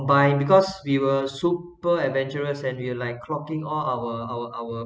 combine because we were super adventurous and we're like clocking all our our our